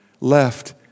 left